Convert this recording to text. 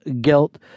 guilt